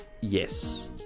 yes